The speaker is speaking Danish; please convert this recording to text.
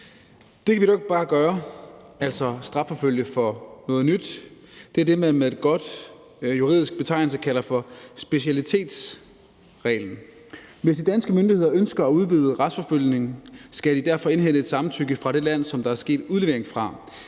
Det kan vi dog ikke bare gøre, altså strafforfølge for noget nyt. Det er det, man med en god juridisk betegnelse kalder for specialitetsreglen. Hvis de danske myndigheder ønsker at udvide retsforfølgningen, skal de derfor indhente et samtykke fra det land, som der er sket udlevering fra.